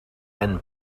and